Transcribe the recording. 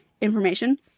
information